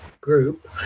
group